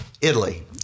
Italy